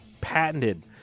patented